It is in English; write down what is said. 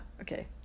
Okay